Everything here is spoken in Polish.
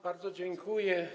Bardzo dziękuję.